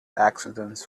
accidents